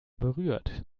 berührt